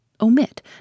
Omit